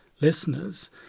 listeners